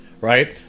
right